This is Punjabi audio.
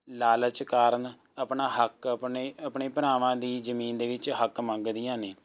ਲਾਲਚ ਕਾਰਨ ਆਪਣਾ ਹੱਕ ਆਪਣੇ ਆਪਣੇ ਭਰਾਵਾਂ ਦੀ ਜ਼ਮੀਨ ਦੇ ਵਿੱਚ ਹੱਕ ਮੰਗਦੀਆਂ ਨੇ